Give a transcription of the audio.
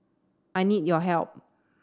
I need your help